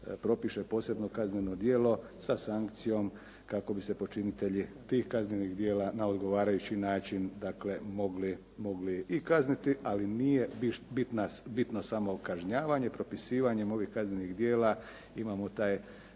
propiše posebno kazneno djelo sa sankcijom kako bi se počinitelji tih kaznenih djela na odgovarajući način dakle mogli i kazniti. Ali nije bitno samo kažnjavanje. Propisivanjem ovih kaznenih djela imamo taj